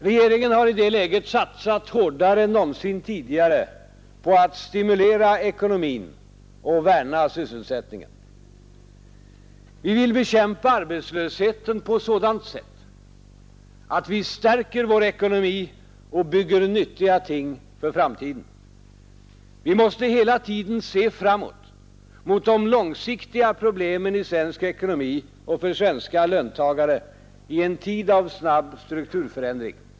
Regeringen har i det läget satsat hårdare än någonsin tidigare på att stimulera ekonomin och värna sysselsättningen. Vi vill bekämpa arbetslösheten på sådant sätt att vi stärker vår ekonomi och bygger nyttiga ting för framtiden. Vi måste hela tiden se framåt mot de långsiktiga problemen i svensk ekonomi och för svenska löntagare i en tid av snabb strukturförändring.